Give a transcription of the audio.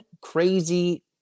crazy